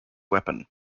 weapon